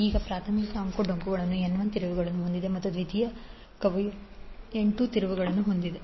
ಈಗ ಪ್ರಾಥಮಿಕ ಅಂಕುಡೊಂಕಾದವು N1 ತಿರುವುಗಳನ್ನು ಹೊಂದಿದೆ ಮತ್ತು ದ್ವಿತೀಯಕವು N2 ತಿರುವುಗಳನ್ನು ಹೊಂದಿದೆ